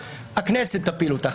הכנסת תפיל אותך.